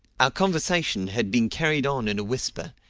our conversation had been carried on in a whisper,